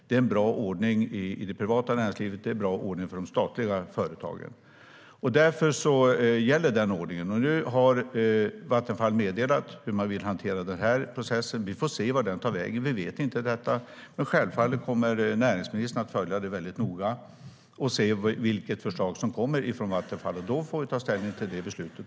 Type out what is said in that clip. Det är en bra ordning i det privata näringslivet, och det är en bra ordning för de statliga företagen. Därför gäller den ordningen. Nu har Vattenfall meddelat hur de vill hantera den här processen. Vi får se vart den tar vägen. Vi vet inte det, men självfallet kommer näringsministern att följa det mycket noga och se vilket förslag som kommer från Vattenfall. Då får vi ta ställning till det beslutet.